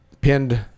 pinned